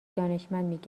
دانشمند